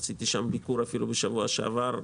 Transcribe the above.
עשיתי שם ביקור בשבוע שעבר.